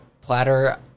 platter